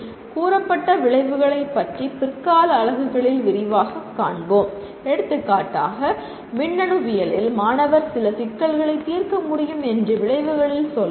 கூறப்பட்ட விளைவுகளை பற்றி பிற்கால அலகுகளில் விரிவாகக் காண்போம் எடுத்துக்காட்டாக மின்னணுவியலில் மாணவர் சில சிக்கல்களை தீர்க்க முடியும் என்று விளைவுகளில் சொல்லலாம்